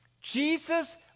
Jesus